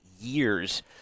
years